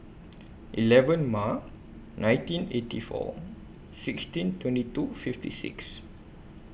eleven March nineteen eighty four sixteen twenty two fifty six